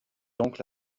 donc